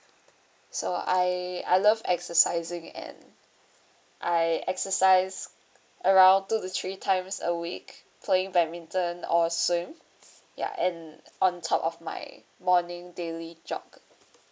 so I I love exercising and I exercise around two to three times a week playing badminton or swim ya and on top of my morning daily jog